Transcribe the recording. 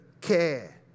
care